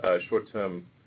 Short-term